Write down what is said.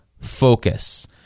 focus